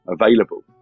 available